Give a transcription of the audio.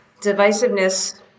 Divisiveness